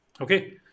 Okay